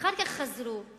ואחר כך חזרו על